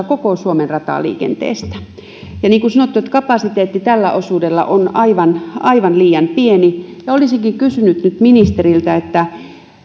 koko suomen rataliikenteestä niin kuin sanottu kapasiteetti tällä osuudella on aivan aivan liian pieni ja olisinkin kysynyt nyt ministeriltä